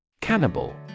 Cannibal